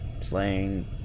playing